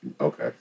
Okay